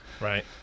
right